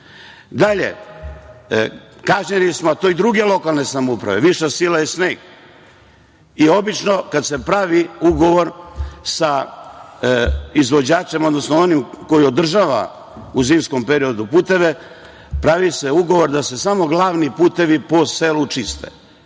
kažnjeni smo, ali i druge lokalne samouprave, viša sila je sneg i obično kada se pravi ugovor sa izvođačem, odnosno onim koji održava u zimskom periodu puteve, pravi se ugovor da se samo glavni putevi po selu čiste,